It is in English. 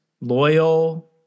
loyal